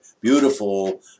beautiful